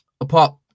apart